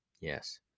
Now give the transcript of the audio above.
Yes